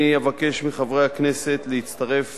אני אבקש מחברי הכנסת להצטרף